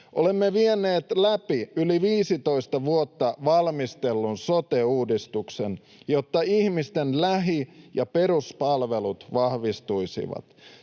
Olemme vieneet läpi yli 15 vuotta valmistellun sote-uudistuksen, jotta ihmisten lähi‑ ja peruspalvelut vahvistuisivat,